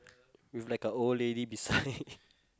with like a old lady beside